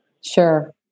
Sure